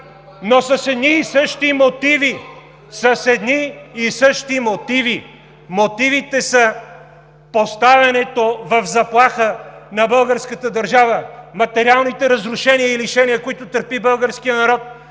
С едни и същи мотиви! Мотивите са поставянето в заплаха на българската държава, материалните разрушения и лишения, които търпи българският народ,